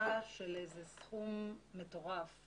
הקצאה של סכום מטורף,